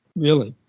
really,